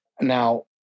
Now